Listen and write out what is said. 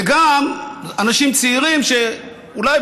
וגם אנשים צעירים שאולי,